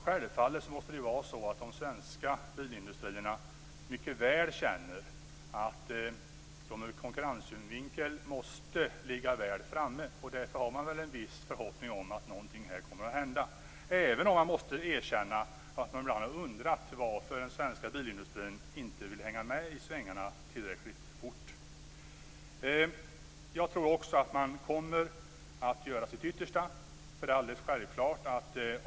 Självfallet måste det vara så att de svenska bilindustrierna mycket väl känner att de från konkurrenssynpunkt måste ligga väl framme. Därför har man nog i viss utsträckning en förhoppning om att någonting kommer att hända här. Men det skall erkännas att man ibland har undrat varför den svenska bilindustrin inte vill hänga med i svängarna tillräckligt fort. Jag tror att man kommer att göra sitt yttersta.